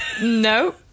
No